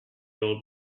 old